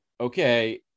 okay